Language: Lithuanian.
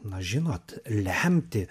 na žinot lemti